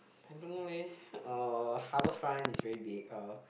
I don't know leh uh Harbourfront is very big uh